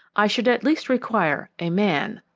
i should at least require a man.